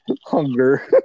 hunger